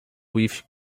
with